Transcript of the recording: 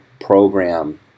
program